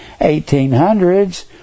1800s